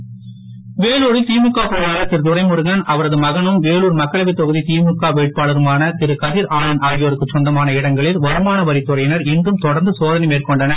சோதனை வேலூரில் திமுக பொருளாளர் திரு துரைமுருகன் அவரது மகனும் வேலூர் மக்களவை தொகுதி திமுக வேட்பாளருமான திரு கதிர் ஆனந்த் ஆகியோருக்கு சொந்தமான இடங்களில் வருமானவரித் துறையினர் இன்றும் தொடர்ந்து சோதனை மேற்கொண்டனர்